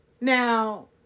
Now